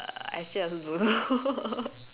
actually I also don't know